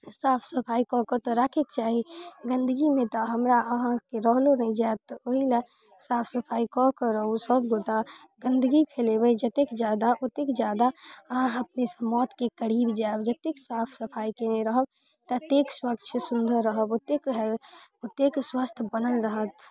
साफ सफाइ कऽ कऽ तऽ राखैके चाही गन्दगीमे तऽ हमरा अहाँके रहलो नहि जायत ओइ लए साफ सफाइ कऽ कऽ रहू सबगोटा गन्दगी फैलेबै जतेक जादा ओतेक जादा अहाँ अपने सब मौतके करीब जायब जतेक साफ सफाइ केने रहब ततेक स्वच्छ सुन्दर रहब ओतेक ओतेक स्वस्थ बनल रहत